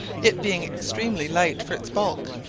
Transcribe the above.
it being extremely light for its bulk,